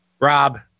Rob